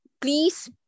please